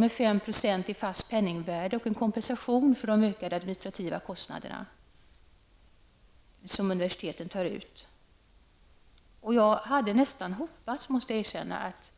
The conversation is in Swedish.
med 5 % i fast penningvärde och en kompensation för de ökade administrativa kostnaderna, eftersom universiteten nu tar ut en avgift. Jag hade nästan hoppats, måste jag erkänna, att